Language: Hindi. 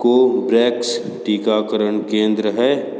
कोब्रैक्स टीकाकरण केंद्र है